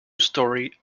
storey